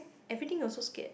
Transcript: everything also scared